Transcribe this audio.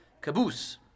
caboose